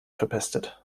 verpestet